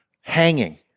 Hanging